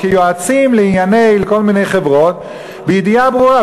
לענייני לכל מיני חברות בידיעה ברורה,